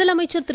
முதலமைச்சர் திரு